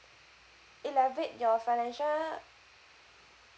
elaborate your financial